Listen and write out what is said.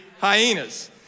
hyenas